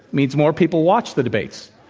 means more people watch the debates.